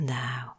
now